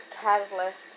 catalyst